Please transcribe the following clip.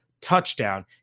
touchdown